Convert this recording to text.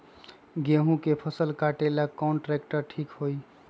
गेहूं के फसल कटेला कौन ट्रैक्टर ठीक होई?